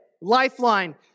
Lifeline